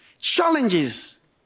challenges